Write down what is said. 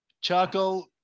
charcoal